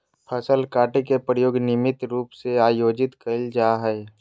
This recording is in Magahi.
फसल काटे के प्रयोग नियमित रूप से आयोजित कइल जाय हइ